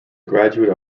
graduate